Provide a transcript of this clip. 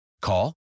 Call